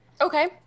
Okay